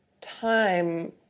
time